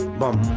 bum